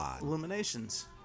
Illuminations